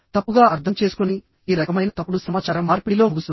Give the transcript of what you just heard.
తప్పుగా అర్థం చేసుకుని ఈ రకమైన తప్పుడు సమాచార మార్పిడిలో ముగుస్తుంది